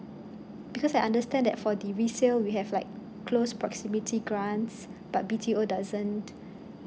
because I understand that for the resale we have like close proximity grants but B_T_O doesn't